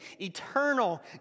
eternal